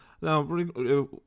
now